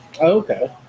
Okay